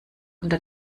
unter